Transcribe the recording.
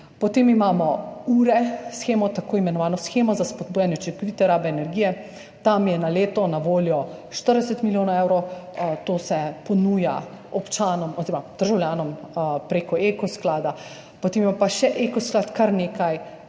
Potem imamo shemo URE, tako imenovano shemo za spodbujanje učinkovite rabe energije. Tam je na leto na voljo 40 milijonov evrov. To se ponuja občanom oziroma državljanom prek Eko sklada. Potem ima pa še Eko sklad kar nekaj